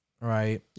right